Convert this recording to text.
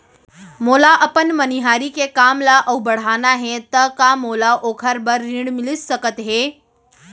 मोला अपन मनिहारी के काम ला अऊ बढ़ाना हे त का मोला ओखर बर ऋण मिलिस सकत हे?